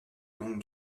longue